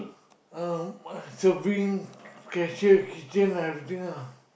um serving cashier kitchen everything ah